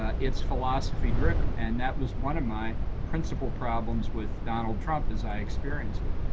ah it's philosophy driven. and that was one of my principal problems with donald trump as i experienced it.